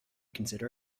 consider